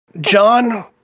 John